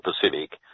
Pacific